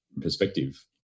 perspective